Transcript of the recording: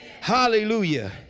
Hallelujah